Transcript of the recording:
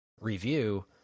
review